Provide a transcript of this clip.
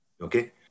Okay